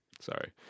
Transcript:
Sorry